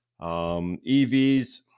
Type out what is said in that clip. EVs